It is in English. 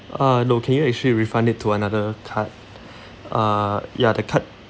ah no can you actually refund it to another card uh ya the card